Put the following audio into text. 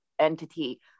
entity